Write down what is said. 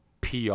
PR